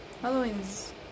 Halloween's